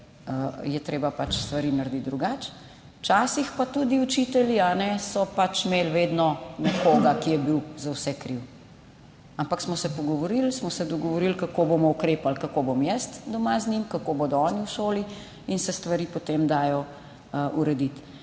je treba pač stvari narediti drugače. Včasih so pa tudi učitelji pač imeli vedno nekoga, ki je bil za vse kriv. Ampak smo se pogovorili, smo se dogovorili, kako bomo ukrepali, kako bom jaz doma z njim, kako bodo oni v šoli, in se stvari potem dajo urediti.